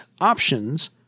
options